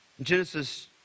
Genesis